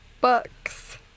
Books